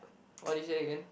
what did you say again